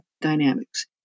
dynamics